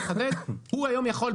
הוא היום יכול,